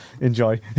Enjoy